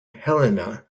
helena